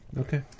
okay